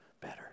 better